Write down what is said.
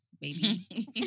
baby